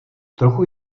trochu